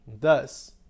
Thus